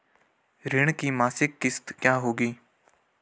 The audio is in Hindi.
ऋण की मासिक किश्त क्या होगी?